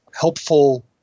helpful